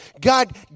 God